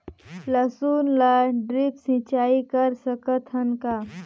लसुन ल ड्रिप सिंचाई कर सकत हन का?